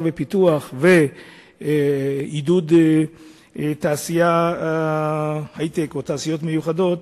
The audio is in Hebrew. ופיתוח ועידוד תעשיית ההיי-טק או תעשיות מיוחדות?